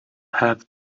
have